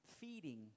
feeding